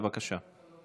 בבקשה.